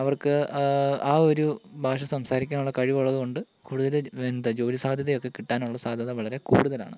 അവർക്ക് ആ ഒരു ഭാഷ സംസാരിക്കാനുള്ള കഴിവുള്ളത് കൊണ്ട് കൂടുതൽ എന്ത് ജോലി സാധ്യത ഒക്കെ കിട്ടാനുള്ള സാധ്യത വളരെ കൂടുതലാണ്